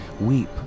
weep